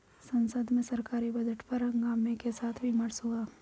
संसद में सरकारी बजट पर हंगामे के साथ विमर्श हुआ